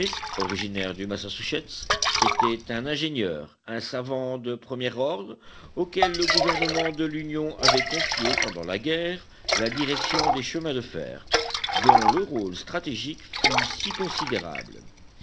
originaire du massachussets était un ingénieur un savant de premier ordre auquel le gouvernement de l'union avait confié pendant la guerre la direction des chemins de fer dont le rôle stratégique fut si considérable